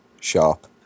sharp